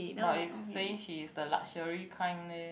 but if say she is the luxury kind leh